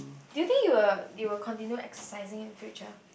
do you think you will you will continue exercising in future